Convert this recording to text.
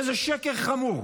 וזה שקר חמור.